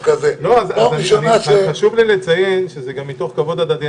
אז חשוב לי לציין שזה מתוך כבוד הדדי.